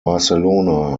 barcelona